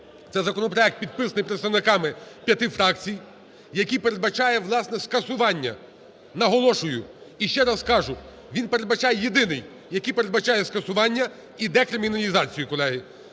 це законопроект, підписаний представниками п'яти фракцій, який передбачає, власне, скасування. Наголошую і ще раз кажу, він передбачає єдиний, який передбачає скасування і декриміналізацію, колеги.